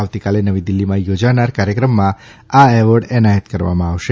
આવતીકાલે નવી દિલ્ફીમાં યોજાનાર કાર્યક્રમમાં આ એવોર્ડ એનાયત કરવામાં આવશે